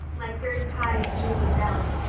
like gertie pye's and julia bell's.